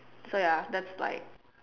so ya that's like